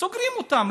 סוגרים אותם.